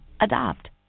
Adopt